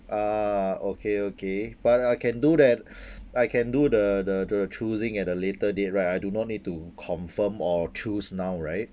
ah okay okay but I can do that I can do the the the choosing at a later date right I do not need to confirm or choose now right